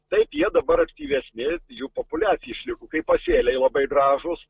taip jie dabar aktyvesni jų populiacija išliko kaip pasėliai labai gražūs